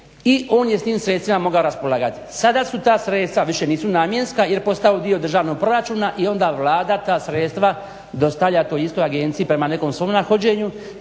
i on je s tim sredstvima mogao raspolagati. Sada ta sredstva više nisu namjenska jer postaju dio državnog proračuna i onda Vlada ta sredstva dostavlja toj istoj agenciji prema nekom svom nahođenju,